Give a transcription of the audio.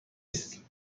است